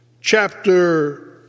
chapter